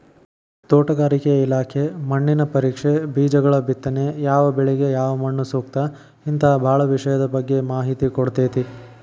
ತೋಟಗಾರಿಕೆ ಇಲಾಖೆ ಮಣ್ಣಿನ ಪರೇಕ್ಷೆ, ಬೇಜಗಳಬಿತ್ತನೆ ಯಾವಬೆಳಿಗ ಯಾವಮಣ್ಣುಸೂಕ್ತ ಹಿಂತಾ ಬಾಳ ವಿಷಯದ ಬಗ್ಗೆ ಮಾಹಿತಿ ಕೊಡ್ತೇತಿ